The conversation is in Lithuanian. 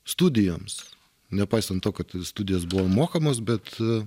studijoms nepaisant to kad studijos buvo mokamos bet